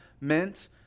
meant